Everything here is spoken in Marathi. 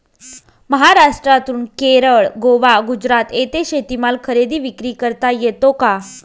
महाराष्ट्रातून केरळ, गोवा, गुजरात येथे शेतीमाल खरेदी विक्री करता येतो का?